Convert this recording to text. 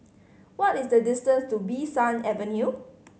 what is the distance to Bee San Avenue